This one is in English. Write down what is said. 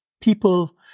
people